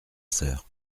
sœur